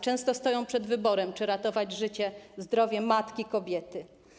Często stoją przed wyborem, czy ratować życie, zdrowie matki kobiety.